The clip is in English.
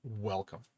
welcome